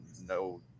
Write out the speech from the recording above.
no